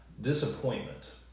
disappointment